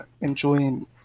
enjoying